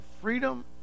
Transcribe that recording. freedom